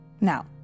Now